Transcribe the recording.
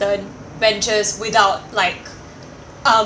ventures without like um